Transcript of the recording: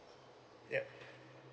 yup